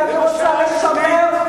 כי אני רוצה לשמר,